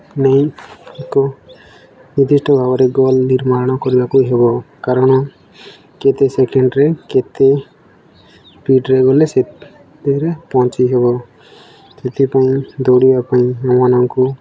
ନେଇ ଏକ ନିର୍ଦ୍ଦିଷ୍ଟ ଭାବରେ ଗୋଲ୍ ନିର୍ମାଣ କରିବାକୁ ହେବ କାରଣ କେତେ ସେକେଣ୍ଡ୍ରେ କେତେ ସ୍ପିଡ଼୍ରେ ଗଲେ ସେଥିରେ ପହଞ୍ଚିହେବ ସେଥିପାଇଁ ଦୌଡ଼ିବା ପାଇଁ ଆମମାନଙ୍କୁ